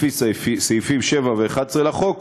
לפי סעיפים 7 ו-11 לחוק,